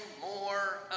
more